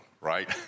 right